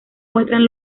muestran